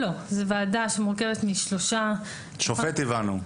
זה ועדה שמורכבת משלושה --- שופט, הבנו.